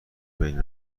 بین